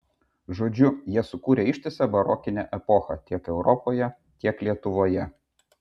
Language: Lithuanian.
žodžiu jie sukūrė ištisą barokinę epochą tiek europoje tiek lietuvoje